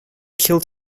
killed